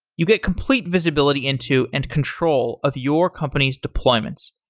you get complete visibility into and control of your company's deployments.